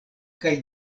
kaj